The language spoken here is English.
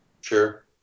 Sure